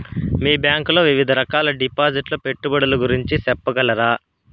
మీ bank లో వివిధ రకాల డిపాసిట్స్, పెట్టుబడుల గురించి సెప్పగలరా?